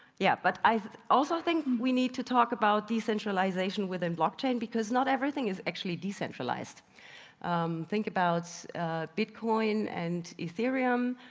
yeah but i also think we need to talk about decentralisation within blockchain because not everything is actually decentralised. erm think about bitcoin and ethereum,